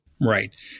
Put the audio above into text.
Right